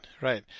right